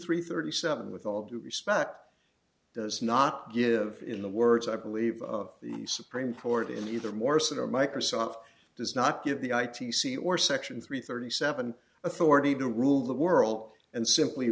three thirty seven with all due respect does not give in the words i believe the supreme court in either morrison or microsoft does not give the i t c or section three thirty seven authority to rule the world and simply